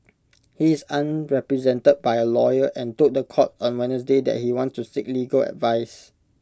he is unrepresented by A lawyer and told The Court on Wednesday that he wants to seek legal advice